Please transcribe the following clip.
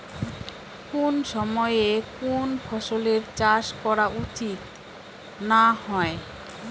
কুন সময়ে কুন ফসলের চাষ করা উচিৎ না হয়?